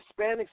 Hispanics